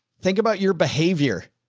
think about your behavior,